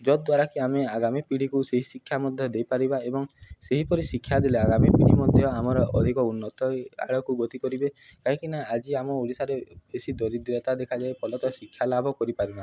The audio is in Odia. ଯାଦ୍ୱାରା କି ଆମେ ଆଗାମୀ ପିଢ଼ିକୁ ସେହି ଶିକ୍ଷା ମଧ୍ୟ ଦେଇପାରିବା ଏବଂ ସେହିପରି ଶିକ୍ଷା ଦେଲେ ଆଗାମୀ ପିଢ଼ି ମଧ୍ୟ ଆମର ଅଧିକ ଉନ୍ନତ ହୋଇ ଆଡ଼କୁ ଗତି କରିବେ କାହିଁକି ନା ଆଜି ଆମ ଓଡ଼ିଶାରେ ବେଶୀ ଦରିଦ୍ରତା ଦେଖାଯାଏ ଫଳତଃ ଶିକ୍ଷା ଲାଭ କରିପାରୁ ନାହାନ୍ତି